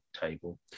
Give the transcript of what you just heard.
table